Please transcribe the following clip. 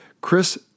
Chris